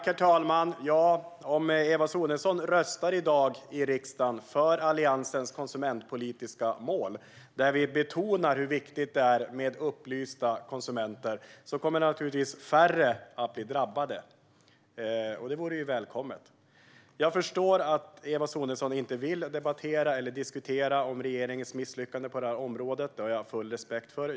Herr talman! Ja, om Eva Sonidsson i dag i riksdagen röstar för Alliansens konsumentpolitiska mål, där vi betonar hur viktigt det är med upplysta konsumenter, kommer naturligtvis färre att bli drabbade. Det vore välkommet. Jag förstår att Eva Sonidsson inte vill debattera eller diskutera regeringens misslyckande på detta område. Det har jag full respekt för.